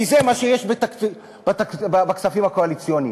כי זה מה שיש בכספים הקואליציוניים,